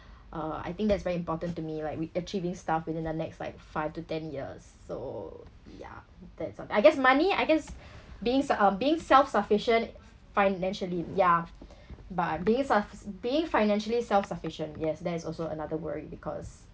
uh I think that's very important to me like with achieving stuff within the next five five to ten years so yeah that's someth~ I guess money I guess beings uh being self sufficient financially ya but being suf~ being financially self sufficient yes that is also another worry because